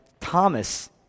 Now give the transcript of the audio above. Thomas